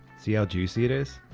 see how juicy it is?